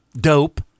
dope